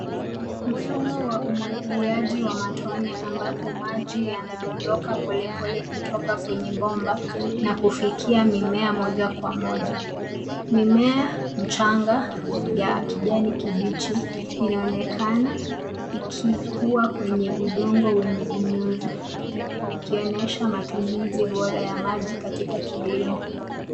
Mfumo wa umwagiliaji wa matone ambapo maji yanadondoka polepole kutoka kwenye bomba na kufikia mimea moja kwa moja. Mimea, mchanga ya kijani kibichi inaonekana ikikua kwenye udongo wenye unyevu, ikionyesha matumizi bora ya maji katika kilimo.